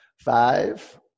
Five